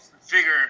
figure